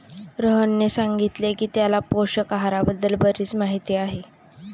रोहनने सांगितले की त्याला पोषक आहाराबद्दल बरीच माहिती आहे